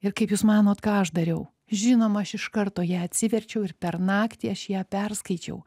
ir kaip jūs manot ką aš dariau žinoma aš iš karto ją atsiverčiau ir per naktį aš ją perskaičiau